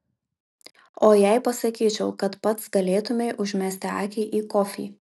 o jei pasakyčiau kad pats galėtumei užmesti akį į kofį